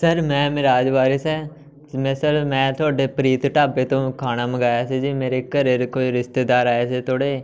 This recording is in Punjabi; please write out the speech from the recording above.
ਸਰ ਮੈਂ ਮਿਰਾਜ ਵਾਰਿਸ ਹੈ ਅਤੇ ਮੈਂ ਸਰ ਮੈਂ ਤੁਹਾਡੇ ਪ੍ਰੀਤ ਢਾਬੇ ਤੋਂ ਖਾਣਾ ਮੰਗਵਾਇਆ ਸੀ ਜੀ ਮੇਰੇ ਘਰ ਕੋਈ ਰਿਸ਼ਤੇਦਾਰ ਆਏ ਸੀ ਥੋੜ੍ਹੇ